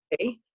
okay